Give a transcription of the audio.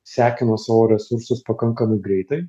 sekino savo resursus pakankamai greitai